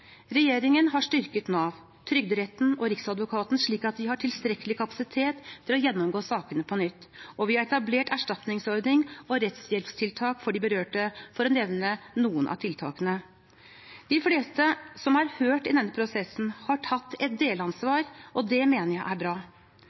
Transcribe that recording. Regjeringen har styrket Nav, Trygderetten og Riksadvokaten, slik at de har tilstrekkelig kapasitet til å gjennomgå sakene på nytt, og vi har etablert erstatningsordning og rettshjelpstiltak for de berørte, for å nevne noen av tiltakene. De fleste som er hørt i denne prosessen, har tatt et delansvar, og det mener jeg er bra.